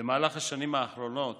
במהלך השנים האחרונות